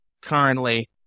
currently